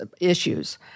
issues